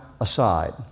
aside